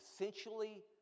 essentially